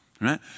right